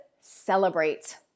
celebrate